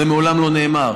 זה מעולם לא נאמר,